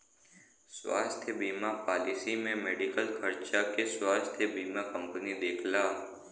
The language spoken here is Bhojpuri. स्वास्थ्य बीमा पॉलिसी में मेडिकल खर्चा के स्वास्थ्य बीमा कंपनी देखला